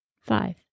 Five